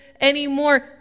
anymore